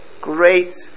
great